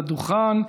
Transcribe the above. לדוכן.